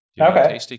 Okay